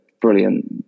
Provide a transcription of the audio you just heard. brilliant